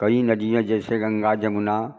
कई नदियाँ जैसे गंगा जमुना